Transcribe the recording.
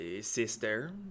sister